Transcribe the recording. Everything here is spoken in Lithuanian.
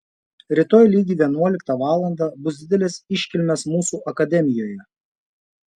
rytoj lygiai vienuoliktą valandą bus didelės iškilmės mūsų akademijoje